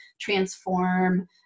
transform